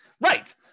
Right